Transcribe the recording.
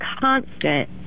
constant